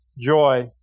joy